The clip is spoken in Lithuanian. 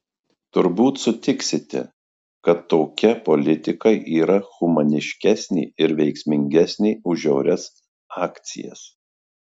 turbūt sutiksite kad tokia politika yra humaniškesnė ir veiksmingesnė už žiaurias akcijas